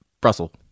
Brussels